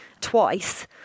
twice